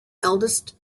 eldest